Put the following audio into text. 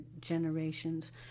generations